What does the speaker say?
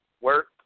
Work